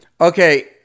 Okay